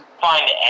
Find